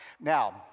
Now